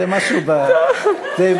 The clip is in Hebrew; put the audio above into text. זה משהו, אה, כן?